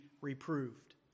reproved